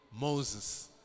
moses